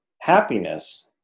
happiness